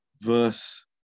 verse